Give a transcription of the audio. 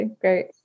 great